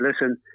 listen